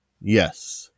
Yes